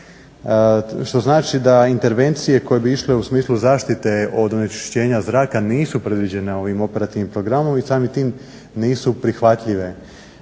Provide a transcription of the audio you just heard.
što znači da intervencije koje bi išle u smislu zaštite od onečišćenja zraka nisu predviđene ovim operativnim programom i samim tim nisu prihvatljive.